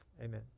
amen